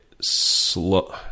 slow